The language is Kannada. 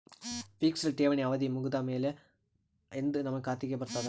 ಫಿಕ್ಸೆಡ್ ಠೇವಣಿ ಅವಧಿ ಮುಗದ ಆದಮೇಲೆ ಎಂದ ನಮ್ಮ ಖಾತೆಗೆ ಬರತದ?